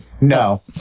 no